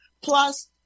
Plus